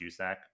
USAC